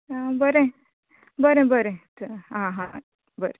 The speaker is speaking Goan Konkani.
आं बरें बरें बरें चल आं हां बरें